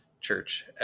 church